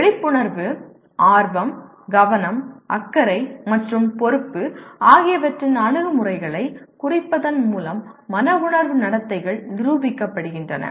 விழிப்புணர்வு ஆர்வம் கவனம் அக்கறை மற்றும் பொறுப்பு ஆகியவற்றின் அணுகுமுறைகளைக் குறிப்பதன் மூலம் மன உணர்வு நடத்தைகள் நிரூபிக்கப்படுகின்றன